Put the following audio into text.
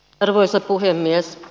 arvoisa puhemies